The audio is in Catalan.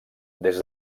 des